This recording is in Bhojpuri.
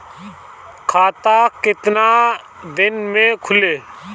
खाता कितना दिन में खुलि?